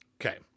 Okay